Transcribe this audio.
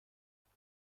خیرت